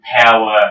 power